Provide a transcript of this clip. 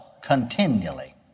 continually